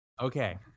Okay